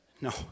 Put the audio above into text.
No